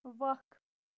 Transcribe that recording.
وق